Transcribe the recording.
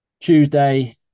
Tuesday